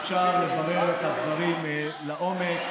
אפשר לברר את הדברים לעומק.